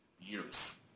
years